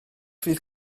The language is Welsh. fydd